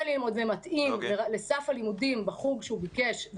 ללמוד ומתאים ללימודים בחוג שהוא ביקש,